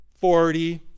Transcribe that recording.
forty